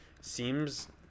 seems